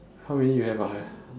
how many you have ah ya